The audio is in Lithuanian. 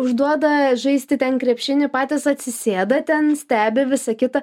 užduoda žaisti ten krepšinį patys atsisėda ten stebi visa kita